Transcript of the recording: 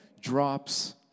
drops